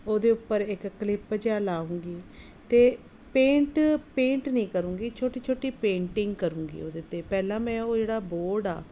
ਉਹਦੇ ਉੱਪਰ ਇੱਕ ਕਲਿੱਪ ਜਿਹਾ ਲਗਾਊਂਗੀ ਅਤੇ ਪੇਂਟ ਪੇਂਟ ਨਹੀਂ ਕਰੂੰਗੀ ਛੋਟੀ ਛੋਟੀ ਪੇਂਟਿੰਗ ਕਰੂੰਗੀ ਉਹਦੇ 'ਤੇ ਪਹਿਲਾਂ ਮੈਂ ਉਹ ਜਿਹੜਾ ਬੋਰਡ ਆ